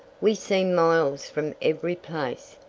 we seem miles from every place,